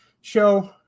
show